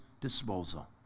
disposal